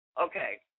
okay